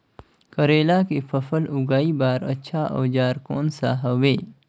करेला के फसल उगाई बार अच्छा औजार कोन सा हवे?